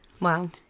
wow